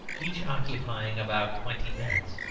each occupying about twenty minutes.